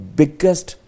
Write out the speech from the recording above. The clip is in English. biggest